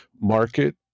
market